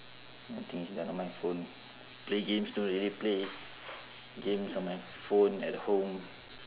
the thing is on my phone play games don't really play games on my phone at home